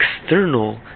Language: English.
external